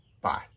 Bye